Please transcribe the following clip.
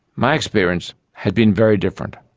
my experience had been very different.